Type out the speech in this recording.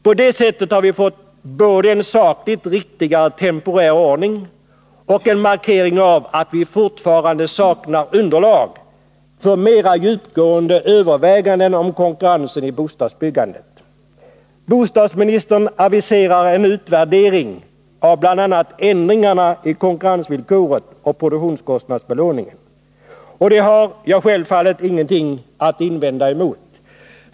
På det sättet har vi fått både en sakligt riktigare temporär ordning och en markering av att vi fortfarande saknar underlag för mera djupgående överväganden om konkurrensen i bostadsbyggandet. Bostadsministern aviserar en utvärdering av bl.a. ändringarna när det gäller konkurrensvillkoret och produktionskostnadsbelåningen. Jag har inte någonting att invända mot det.